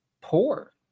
poor